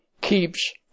keeps